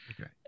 okay